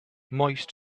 moist